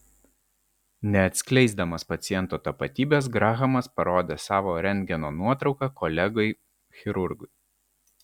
neatskleisdamas paciento tapatybės grahamas parodė savo rentgeno nuotrauką kolegai chirurgui